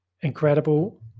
incredible